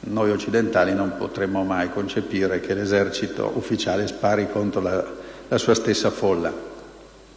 Noi occidentali non potremmo mai concepire che l'Esercito spari contro la sua stessa folla.